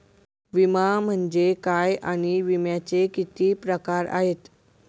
विमा म्हणजे काय आणि विम्याचे किती प्रकार आहेत?